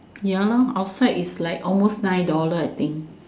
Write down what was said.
ya lor outside is like almost nine dollar I think